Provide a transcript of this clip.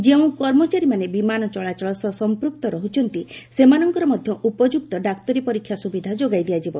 ଯେଉଁ କର୍ମଚାରୀମାନେ ବିମାନ ଚଳାଚଳ ସହ ସଂପୃକ୍ତ ରହୁଛନ୍ତି ସେମାନଙ୍କର ମଧ୍ୟ ଉପଯୁକ୍ତ ଡାକ୍ତରୀ ପରୀକ୍ଷା ସୁବିଧା ଯୋଗାଇ ଦିଆଯିବ